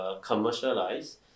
Commercialize